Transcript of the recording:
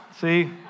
See